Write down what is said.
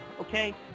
okay